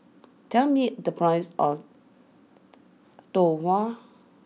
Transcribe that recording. tell me the price of Tau Huay